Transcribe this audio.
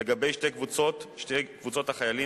לגבי שתי קבוצות החיילים,